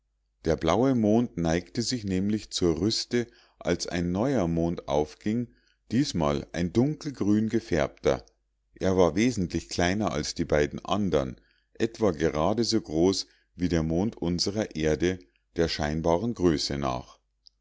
der blaue mond neigte sich nämlich zur rüste als ein neuer mond aufging diesmal ein dunkelgrün gefärbter er war wesentlich kleiner als die beiden andern etwa gerade so groß wie der mond unserer erde der scheinbaren größe nach